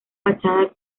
fachada